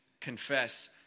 confess